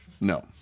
No